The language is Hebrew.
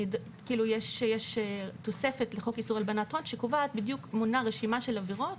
יש תוספת לחוק איסור הלבנת הון שמונה רשימה של עבירות